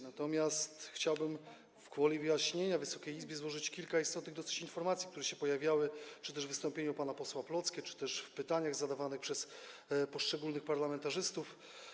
Natomiast chciałbym gwoli wyjaśnienia Wysokiej Izbie przekazać kilka dosyć istotnych informacji, które się pojawiały czy też w wystąpieniu pana posła Plocke, czy też w pytaniach zadawanych przez poszczególnych parlamentarzystów.